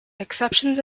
exceptions